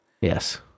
Yes